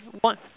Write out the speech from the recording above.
one